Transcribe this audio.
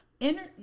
enter